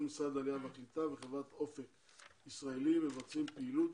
משרד העלייה והקליטה וחברת 'אופק ישראלי' מבצעים פעילות